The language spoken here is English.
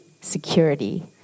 security